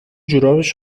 جورابش